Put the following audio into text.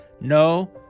no